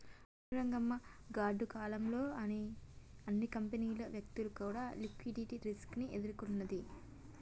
అవును రంగమ్మ గాడ్డు కాలం లో అన్ని కంపెనీలు వ్యక్తులు కూడా లిక్విడిటీ రిస్క్ ని ఎదుర్కొన్నది